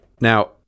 Now